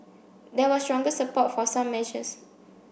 there was stronger support for some measures